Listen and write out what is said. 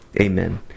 Amen